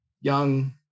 young